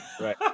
Right